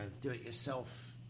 do-it-yourself